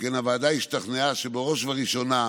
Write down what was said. שכן הוועדה השתכנעה שבראש ובראשונה,